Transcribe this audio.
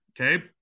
Okay